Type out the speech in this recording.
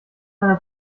deiner